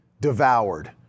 devoured